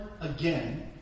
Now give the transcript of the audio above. again